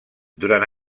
durant